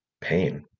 pain